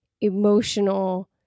emotional